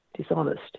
dishonest